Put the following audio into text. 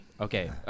okay